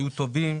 היו טובים.